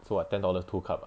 so what ten dollars two cup ah